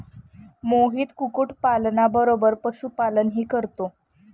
मोहित कुक्कुटपालना बरोबर पशुपालनही करतो